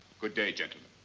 good day, gentlemen.